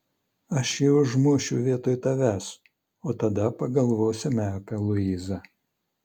aš jį užmušiu vietoj tavęs o tada pagalvosime apie luizą